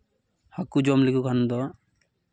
ᱦᱟᱹᱠᱩ ᱡᱚᱢ ᱞᱮᱠᱚ ᱠᱷᱟᱱ ᱫᱚ